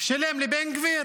שילם לבן גביר